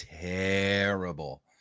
terrible